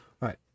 right